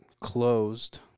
closed